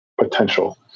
Potential